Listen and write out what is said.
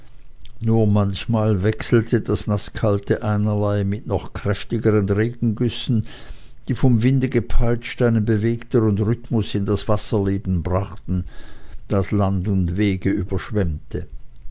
nur manchmal wechselte das naßkalte einerlei mit noch kräftigeren regengüssen die vom winde gepeitscht einen bewegtern rhythmus in das wasserleben brachten das land und wege überschwemmte